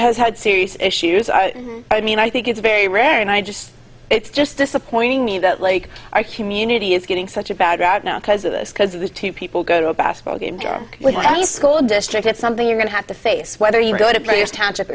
has had serious issues i mean i think it's very rare and i just it's just disappointing me that like our community is getting such a bad rap now because of this because it was two people go to a basketball game for the school district it's something you're going to have to face whether you go to places township